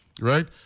Right